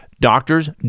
doctors